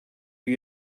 you